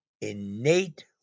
innate